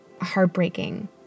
heartbreaking